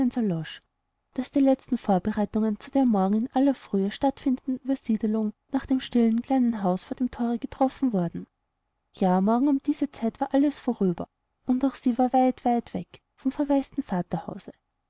daß die letzten vorbereitungen zu der morgen in aller frühe stattfindenden uebersiedelung nach dem stillen kleinen haus vor dem thore getroffen wurden ja morgen um diese zeit war alles vorüber und auch sie war weit weit weg vom verwaisten vaterhause